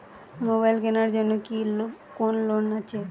Mobile কেনার জন্য কি কোন লোন আছে?